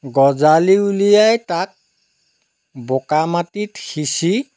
গজালি উলিয়াই তাক বোকা মাটিত সিঁচি